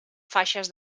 faixes